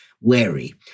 wary